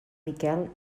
miquel